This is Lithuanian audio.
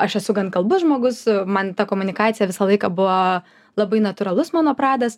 aš esu gan kalbus žmogus man ta komunikacija visą laiką buvo labai natūralus mano pradas